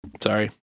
Sorry